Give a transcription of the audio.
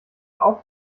auf